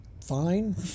fine